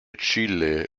chile